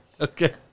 Okay